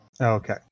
Okay